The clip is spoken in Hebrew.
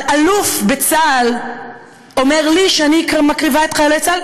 אבל אלוף בצה"ל אומר לי שאני מקריבה את חיילי צה"ל,